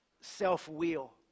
self-will